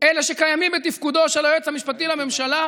אלה שקיימים בתפקודו של היועץ המשפטי לממשלה,